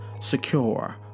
secure